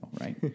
right